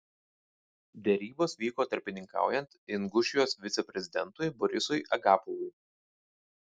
derybos vyko tarpininkaujant ingušijos viceprezidentui borisui agapovui